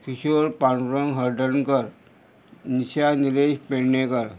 Kishor Pandurang Haratankar Nisha Nilesh Pednekar